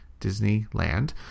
Disneyland